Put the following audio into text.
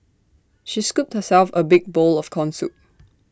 she scooped herself A big bowl of Corn Soup